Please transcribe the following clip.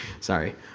Sorry